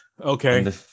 Okay